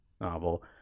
novel